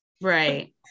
Right